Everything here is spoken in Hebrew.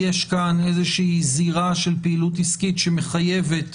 יש כאן איזושהי זירה של פעילות עסקית, שמחייבת